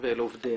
ואל עובדיה.